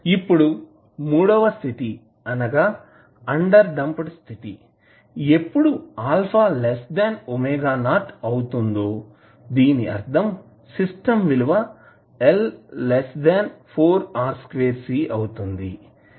ఇప్పుడు మూడవ స్థితి అనగా అండర్ డాంప్డ్ స్థితి ఎప్పుడు α ⍵0 అవుతుందో దీని అర్ధం సిస్టం విలువ L 4 R2C అవుతుంది